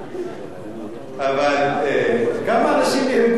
כמה אנשים נהרגו בישראל בשל אירן עד היום?